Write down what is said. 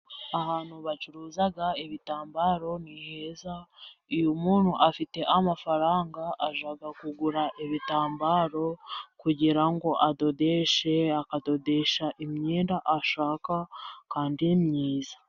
Ahantu bacuruza ibitambaro ni heza, iyo umuntu afite amafaranga, ajya kugura ibitambaro, kugira ngo adodeshe, akadodesha imyenda ashaka, kandi myiza.